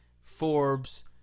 Forbes